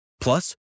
Plus